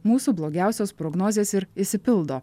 mūsų blogiausios prognozės ir išsipildo